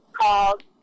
called